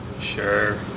Sure